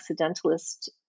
accidentalist